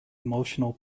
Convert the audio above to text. emotional